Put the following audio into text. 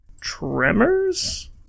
Tremors